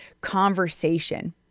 conversation